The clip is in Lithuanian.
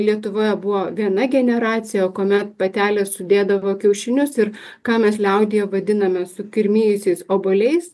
lietuvoje buvo viena generacija kuomet patelės sudėdavo kiaušinius ir ką mes liaudyje vadiname sukirmijusiais obuoliais